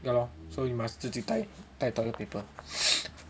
ya lor so you must 自己带带 toilet paper